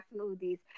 smoothies